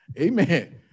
amen